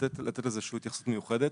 לתת לזה איזה שהיא התייחסות מיוחדת.